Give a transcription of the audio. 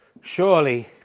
Surely